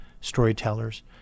storytellers